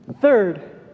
Third